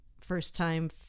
first-time